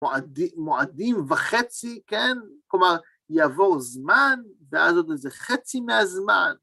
מועדים וחצי, כן? כלומר, יעבור זמן ואז עוד איזה חצי מהזמן.